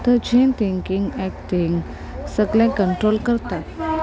तेजीन thinking acting सगळें control करतात